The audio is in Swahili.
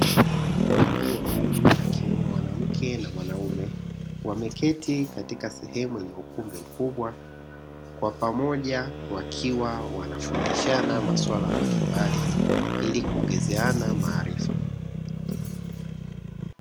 Watu wawili akiwemo mwanamke na mwanaume wameketi katika sehemu yenye ukumbi mkubwa, kwa pamoja wakiwa wanafundishana maswala mbalimbali ili kuongezeana maarifa.